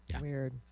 Weird